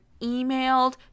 emailed